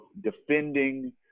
defending